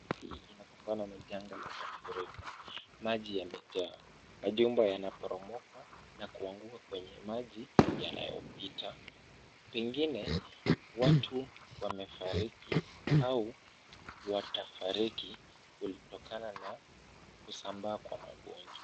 Hii inakumbana na mafuriko. Maji yamejaa. Majumba yanaporomoka na kuanguka kwenye maji yanayopita. Pengine watu wamefariki au watafariki kutokana na kusambaa kwa magonjwa.